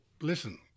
listen